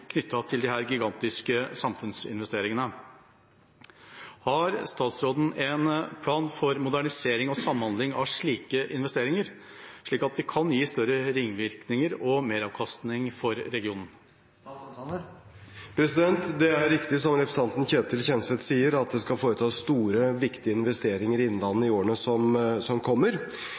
knyttet til disse gigantiske samfunnsinvesteringene. Har statsråden en plan for modernisering og samhandling av slike investeringer, slik at de kan gi større ringvirkninger og meravkastning?» Det er riktig som representanten Ketil Kjenseth sier, at det skal foretas store, viktige investeringer i Innlandet i årene som kommer.